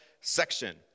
section